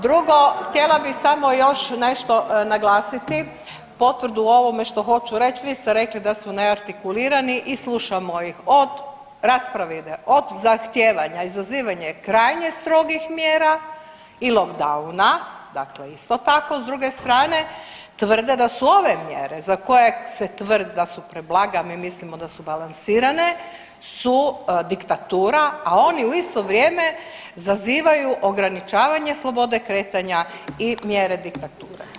Drugo, htjela bi samo još nešto naglasiti, potvrdu ovome što hoću reći, vi ste rekli da su neartikulirani i slušamo ih od rasprava ide od zahtijevanja i zazivanja krajnje strogih mjera i lockdowna dakle isto tako, s druge strane tvrde da su ove mjere za koje se tvrdi da su preblage, a mi mislimo da su balansirane su diktatura, a oni u isto vrijeme zazivaju ograničavanja slobode kretanja i mjere diktature.